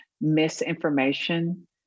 misinformation